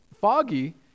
foggy